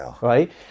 Right